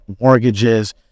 mortgages